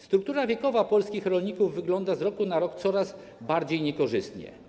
Struktura wiekowa polskich rolników jest z roku na rok coraz bardziej niekorzystna.